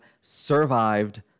survived